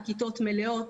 הכיתות מלאות,